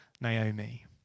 naomi